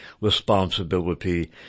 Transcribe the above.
responsibility